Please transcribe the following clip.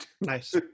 Nice